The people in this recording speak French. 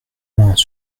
moins